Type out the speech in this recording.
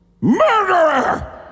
Murderer